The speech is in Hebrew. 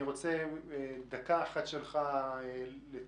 אני רוצה דקה אחת שלך לתגובה,